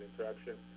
interaction